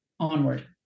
onward